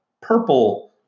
purple